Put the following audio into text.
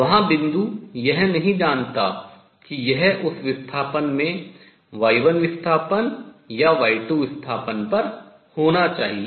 वहाँ बिंदु यह नहीं जानता कि यह उस विस्थापन में y1 विस्थापन या y2 विस्थापन पर होना चाहिए